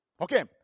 Okay